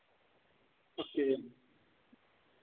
okay